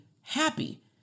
happy